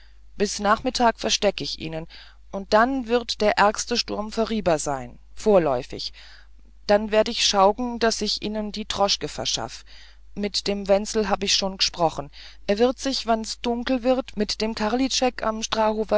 bis nachmittag versteck ich ihnen und dann wird der ärgste sturm vorieber sein vorläufig dann werd ich schaugen daß ich ihnen die droschken verschaff mit dem wenzel hab ich schon g'sprochen er wird sich wann's dunkel wird mit dem karlitschek am